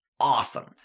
Awesome